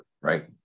right